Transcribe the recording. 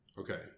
Okay